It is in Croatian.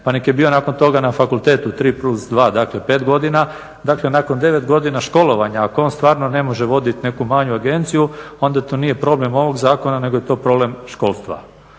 pa neka je bio nakon toga na fakultetu 3+2, dakle 5 godina, dakle nakon 9 godina školovanja ako on stvarno ne može voditi neku manju agenciju onda to nije problem ovog zakona nego je to problem školstva.